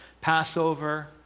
Passover